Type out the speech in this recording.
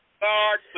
Guard